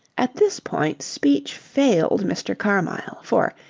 at this point speech failed mr. carmyle, for,